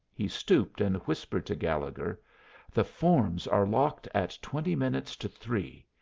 he stooped and whispered to gallegher the forms are locked at twenty minutes to three.